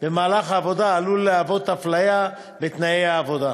במהלך העבודה עלול להיות אפליה בתנאי העבודה,